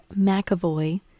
McAvoy